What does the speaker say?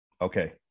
Okay